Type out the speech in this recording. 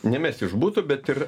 nemes iš butų bet ir